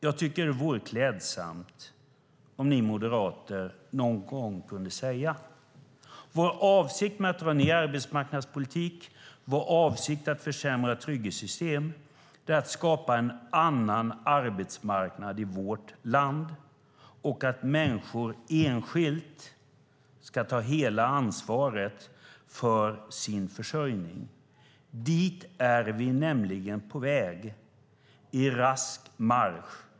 Jag tycker att det vore klädsamt om ni moderater någon gång kunde säga: Vår avsikt med att dra ned på arbetsmarknadspolitik och försämra trygghetssystem är att skapa en annan arbetsmarknad i vårt land och att människor enskilt ska ta hela ansvaret för sin försörjning. Dit är vi nämligen på väg i rask marsch.